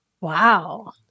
Wow